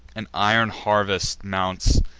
an iron harvest mounts,